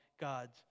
God's